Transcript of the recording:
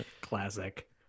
Classic